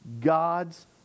God's